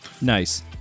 Nice